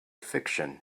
fiction